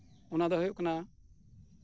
ᱚᱱᱟ ᱫᱚ ᱦᱳᱭᱳᱜ ᱠᱟᱱᱟ